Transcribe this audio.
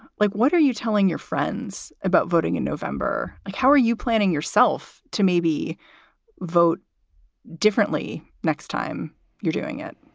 like, what are you telling your friends about voting in november? like how are you planning yourself to maybe vote differently next time you're doing it?